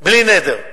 בלי נדר.